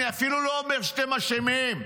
אני אפילו לא אומר שאתם אשמים,